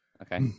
Okay